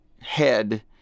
head